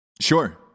Sure